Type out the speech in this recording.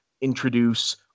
introduce